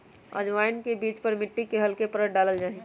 अजवाइन के बीज पर मिट्टी के हल्के परत डाल्ल जाहई